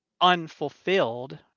unfulfilled